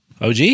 OG